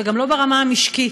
וגם לא ברמה המשקית.